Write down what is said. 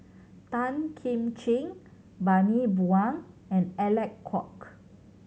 Tan Kim Ching Bani Buang and Alec Kuok